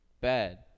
Bad